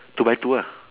two by two ah